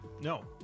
no